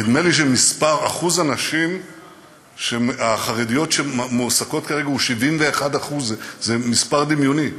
נדמה לי שאחוז הנשים החרדיות שמועסקות כרגע הוא 71%. זה מספר דמיוני.